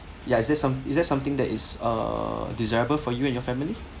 ya is that some is that something that is uh desirable for you and your family